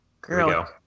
girl